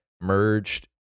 merged